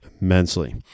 immensely